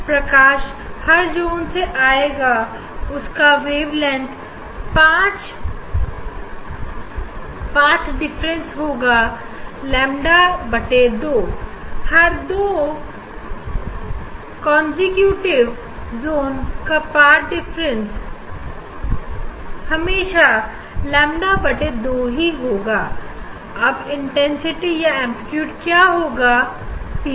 प्रकाश हर जून से आएगा उनका वेवलेंथ 5 डिफरेंट होगा लेंबा बटा दो हर दो सक्सेसिव जोंस पाठ डिफरेंस हमेशा लेंबा बटा दो ही होगा अब इंटेंसिटी या एंप्लीट्यूड क्या होगा पी पर